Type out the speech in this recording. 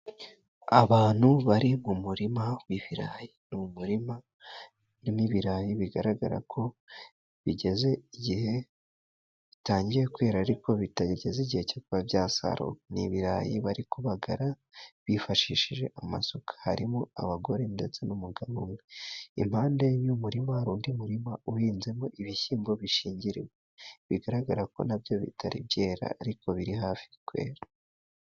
Abantu bari mu murima w'ibirayi, ni umuririma urimo ibirayi bigaragara ko bigeze igihe bitangiye kwera ariko bitageze igihe cyo kuba byasarurwa. Ni ibirayi bari kubagara bifashishije amasuka harimo abagore ndetse n'umugabo umwe. Impande y'umurima hari undi murima uhinzemo ibishyimbo bishingiriye bigaragara ko nabyo bitari byera ariko biri hafi kwera.